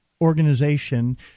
organization